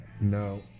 No